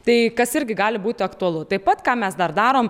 tai kas irgi gali būti aktualu taip pat ką mes dar darom